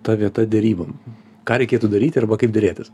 ta vieta derybom ką reikėtų daryti arba kaip derėtis